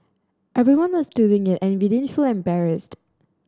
everyone was doing it and we didn't feel embarrassed